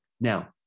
Now